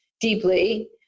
deeply